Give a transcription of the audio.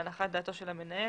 להנחת דעתו של המנהל,